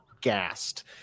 gassed